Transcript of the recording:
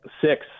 six